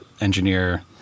engineer